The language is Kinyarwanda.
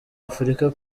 afurika